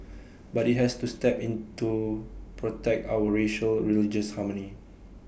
but IT has to step in to protect our racial religious harmony